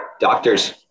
doctors